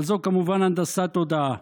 אבל זאת כמובן הנדסת תודעה.